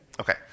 Okay